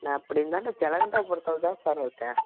நான் அப்படி இருந்தாலும் செலகண்டாப்புரத்தில் தாங்க சார் இருக்கேன்